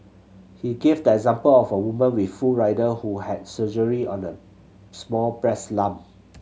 he gave the example of a woman with full rider who had surgery on a small breast lump